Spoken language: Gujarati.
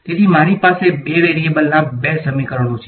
તેથી મારી પાસે બે વેરીએબલ્સના બે સમીકરણો છે